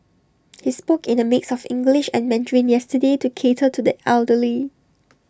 he spoke in A mix of English and Mandarin yesterday to cater to the elderly